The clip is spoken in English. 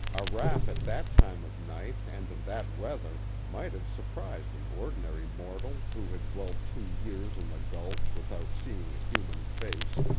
a rap at that time of night and in that weather might have surprised an ordinary mortal who had dwelt two years in the gulch without seeing a human face,